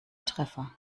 treffer